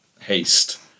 haste